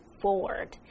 forward